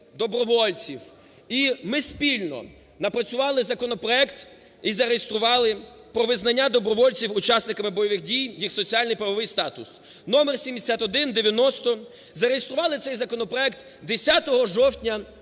і ми спільно напрацювали законопроект і зареєстрували про визнання добровольців учасниками бойових дій, їх соціальний і правовий статус (номер 7190), зареєстрували цей законопроект 10 жовтня 2017